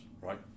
right